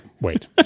Wait